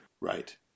Right